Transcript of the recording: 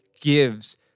gives